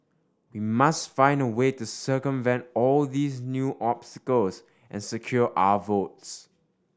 we must find a way to circumvent all these new obstacles and secure our votes